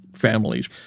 families